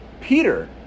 Peter